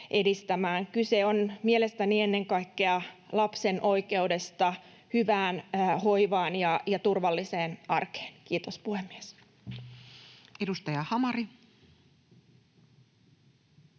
Kyse on mielestäni ennen kaikkea lapsen oikeudesta hyvään hoivaan ja turvalliseen arkeen. — Kiitos, puhemies. [Speech 136]